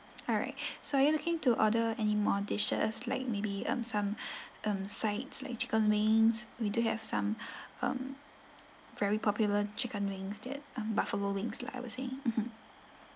alright so are you looking to order any more dishes like maybe um some um sides like chicken wings we do have some um very popular chicken wings that um buffalo wings lah I would say mmhmm